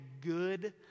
good